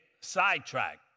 sidetracked